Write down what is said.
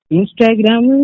Instagram